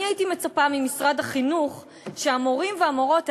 אני הייתי מצפה ממשרד החינוך שהמורים והמורות האלה,